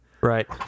Right